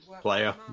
player